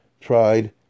tried